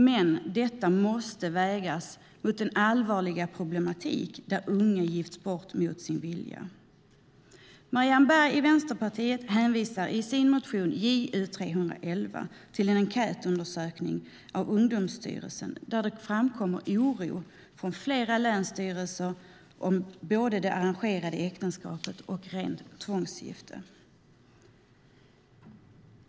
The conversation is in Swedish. Men detta måste vägas mot den allvarliga problematik där unga gifts bort mot sin vilja. Marianne Berg i Vänsterpartiet hänvisar i sin motion Ju339 till en enkätundersökning från Ungdomsstyrelsen där det framkommer oro från flera länsstyrelser för både arrangerade äktenskap och rena tvångsgiften.